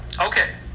Okay